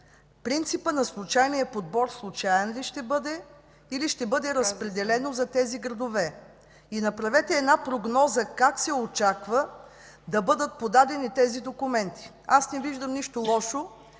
Принципът на случайния подбор – случаен ли ще бъде, или ще бъде разпределено за тези градове? Направете една прогноза как се очаква да бъдат подадени тези документи. Аз не виждам нищо лошо,